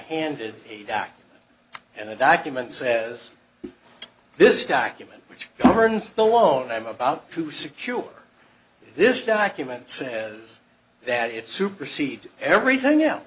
handed back and the document says this document which governs the loan i'm about to secure this document says that it supersedes everything